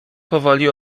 powoli